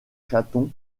chatons